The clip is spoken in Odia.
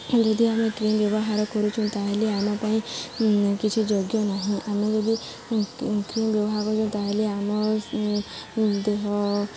ଯଦି ଆମେ କ୍ରିମ୍ ବ୍ୟବହାର କରୁଛୁ ତା'ହେଲେ ଆମ ପାଇଁ କିଛି ଯୋଗ୍ୟ ନାହିଁ ଆମେ ଯଦି କ୍ରିମ୍ ବ୍ୟବହାର କରୁଛୁ ତା'ହେଲେ ଆମ ଦେହ